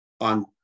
on